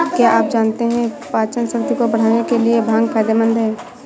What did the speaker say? क्या आप जानते है पाचनशक्ति को बढ़ाने के लिए भांग फायदेमंद है?